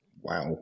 Wow